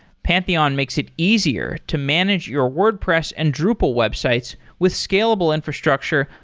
pantheon makes it easier to manage your wordpress and drupal websites with scalable infrastructure,